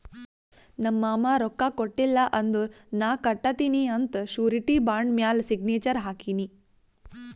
ನಮ್ ಮಾಮಾ ರೊಕ್ಕಾ ಕೊಟ್ಟಿಲ್ಲ ಅಂದುರ್ ನಾ ಕಟ್ಟತ್ತಿನಿ ಅಂತ್ ಶುರಿಟಿ ಬಾಂಡ್ ಮ್ಯಾಲ ಸಿಗ್ನೇಚರ್ ಹಾಕಿನಿ